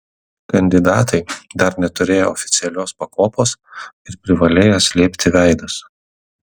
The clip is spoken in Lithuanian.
kandidatai dar neturėję oficialios pakopos ir privalėję slėpti veidus